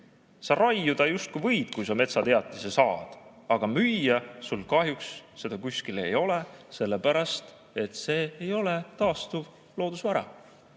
Sa raiuda justkui võid, kui metsateatise saad, aga müüa sul kahjuks seda kuskil ei ole, sellepärast et see ei ole taastuv loodusvara.